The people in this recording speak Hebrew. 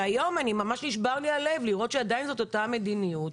והיום ממש נשבר לי הלב לראות שעדיין זאת אותה מדיניות.